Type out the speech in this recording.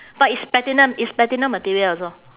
but it's platinum it's platinum material also